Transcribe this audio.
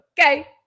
Okay